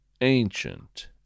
ancient